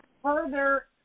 Further